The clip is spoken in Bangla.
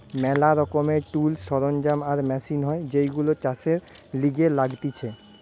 ম্যালা রকমের টুলস, সরঞ্জাম আর মেশিন হয় যেইগুলো চাষের লিগে লাগতিছে